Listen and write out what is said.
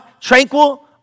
Tranquil